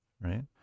right